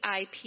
IP